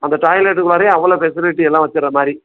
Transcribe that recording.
அந்த டாய்லெட்டு மாதிரி அவ்வளோ ஃபெசிலிட்டி எல்லாம் வச்சிட்ற மாதிரி